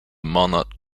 monotypic